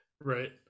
Right